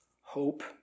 hope